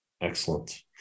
Excellent